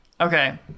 Okay